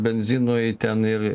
benzinui ten ir